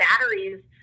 batteries